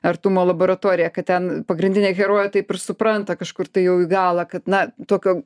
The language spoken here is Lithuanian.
artumo laboratorija kad ten pagrindinė herojė taip ir supranta kažkur tai jau į galą kad na tokio